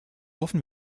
hoffen